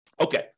Okay